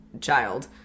child